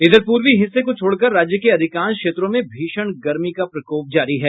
इधर पूर्वी हिस्से को छोड़कर राज्य के अधिकांश क्षेत्रों में भीषण गर्मी का प्रकोप जारी है